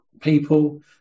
people